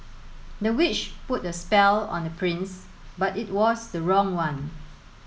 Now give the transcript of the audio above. the witch put a spell on the prince but it was the wrong one